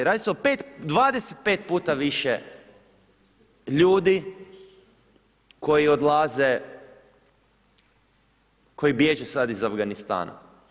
Radi se 5, 25 puta više ljudi koji odlaze, koji bježe sad iz Afganistana.